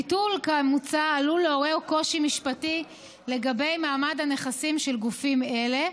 ביטול כמוצע עלול לעורר קושי משפטי לגבי מעמד הנכסים של גופים אלה,